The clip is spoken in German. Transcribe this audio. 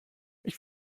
ich